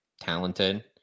talented